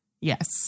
yes